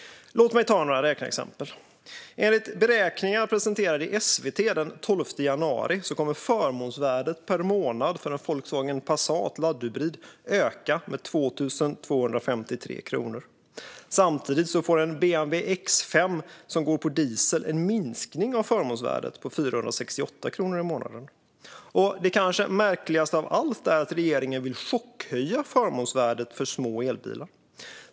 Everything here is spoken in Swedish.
Låt mig ta några räkneexempel. Enligt beräkningar presenterade i SVT den 12 januari kommer förmånsvärdet per månad för en Volkswagen Passat laddhybrid att öka med 2 253 kronor. Samtidigt får en BMW X5 som går på diesel en minskning av förmånsvärdet på 468 kronor i månaden. Det kanske märkligaste av allt är att regeringen vill chockhöja förmånsvärdet för små elbilar.